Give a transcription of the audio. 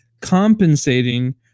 compensating